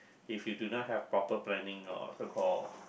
if you do not have proper planning or so call